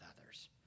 others